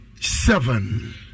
seven